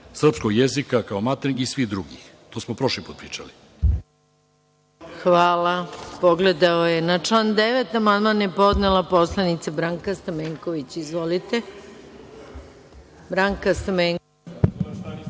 srpskog jezika kao maternjeg i svih drugih. To smo prošli put pričali.